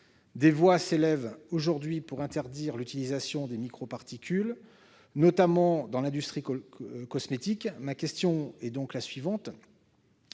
des voix s'élèvent aujourd'hui pour interdire l'utilisation des micro-particules notamment dans l'industrie cosmétique, ma question est donc la suivante